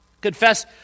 Confess